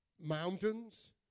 Mountains